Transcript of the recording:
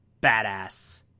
Badass